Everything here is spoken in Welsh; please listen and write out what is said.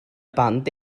band